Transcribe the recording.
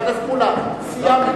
כללי